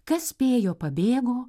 kas spėjo pabėgo